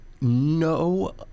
No